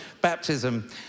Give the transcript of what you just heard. baptism